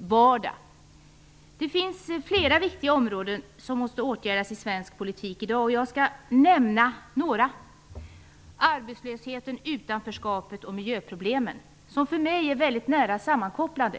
vardag. Det finns flera viktiga områden som måste åtgärdas i svensk politik i dag, och jag skall nämna några: arbetslösheten, utanförskapet och miljöproblemen, som för mig är väldigt nära sammankopplade.